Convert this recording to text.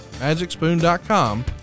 MagicSpoon.com